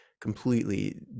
completely